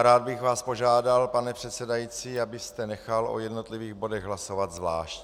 Rád bych vás požádal, pane předsedající, abyste nechal o jednotlivých bodech hlasovat zvlášť.